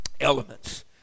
elements